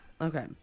Okay